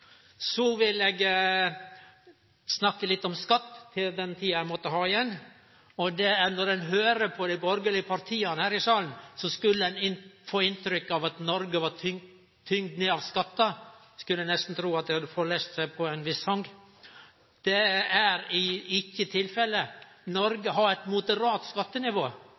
Så vil eg snakke litt om skatt i den tida eg måtte ha igjen. Når ein høyrer på dei borgarlege partia her i salen, får ein inntrykk av at Noreg er tyngd ned av skattar. Ein skulle nesten tru at dei hadde forlese seg på ein viss song. Det er ikkje tilfellet. Noreg har eit moderat skattenivå.